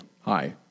Hi